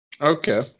Okay